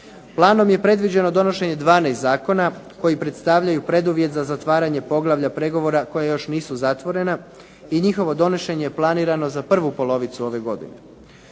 Planom je predviđeno donošenje 12 zakona koji predstavljaju preduvjet za zatvaranje poglavlja pregovora koja još nisu zatvorena i njihovo donošenje je planirano za prvu polovicu ove godine.